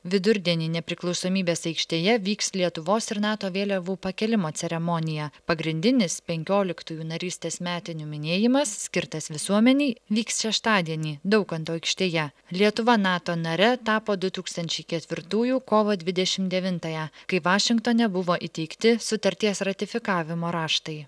vidurdienį nepriklausomybės aikštėje vyks lietuvos ir nato vėliavų pakėlimo ceremonija pagrindinis penkioliktųjų narystės metinių minėjimas skirtas visuomenei vyks šeštadienį daukanto aikštėje lietuva nato nare tapo du tūkstančiai ketvirtųjų kovo dvidešim devintąją kai vašingtone buvo įteikti sutarties ratifikavimo raštai